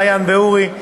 מעיין ואורי,